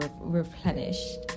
replenished